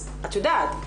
את יודעת,